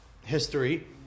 history